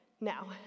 Now